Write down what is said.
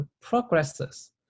progresses